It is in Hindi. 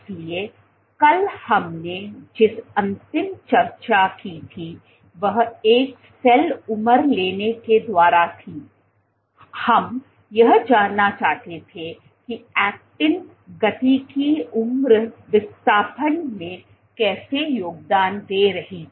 इसलिए कल हमने जिस अंतिम चर्चा की थी वह एक सेल उम्र लेने के द्वारा थी हम यह जानना चाहते थे कि एक्टिन गतिकी उम्र विस्थापन में कैसे योगदान दे रही है